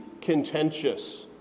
contentious